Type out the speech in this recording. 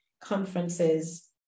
conferences